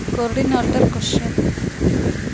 coordinator question